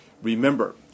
Remember